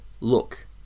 look